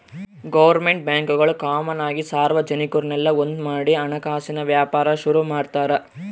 government ಬ್ಯಾಂಕ್ಗುಳು common ಆಗಿ ಸಾರ್ವಜನಿಕುರ್ನೆಲ್ಲ ಒಂದ್ಮಾಡಿ ಹಣಕಾಸಿನ್ ವ್ಯಾಪಾರ ಶುರು ಮಾಡ್ತಾರ